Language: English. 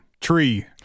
tree